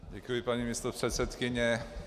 Děkuji, paní místopředsedkyně.